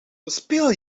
bespeel